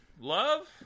Love